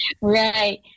right